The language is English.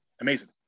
Amazing